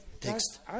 text